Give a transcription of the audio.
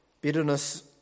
bitterness